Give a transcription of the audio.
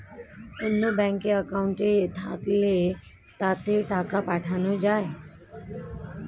অন্য ব্যাঙ্কে অ্যাকাউন্ট থাকলে তাতে টাকা পাঠানো যায়